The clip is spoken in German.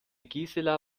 gisela